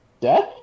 death